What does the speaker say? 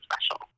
special